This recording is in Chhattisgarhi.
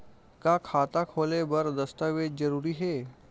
का खाता खोले बर दस्तावेज जरूरी हे?